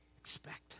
expect